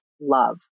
love